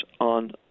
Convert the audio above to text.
on